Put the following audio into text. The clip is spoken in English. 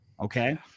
Okay